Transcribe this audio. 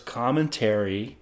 commentary